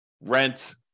rent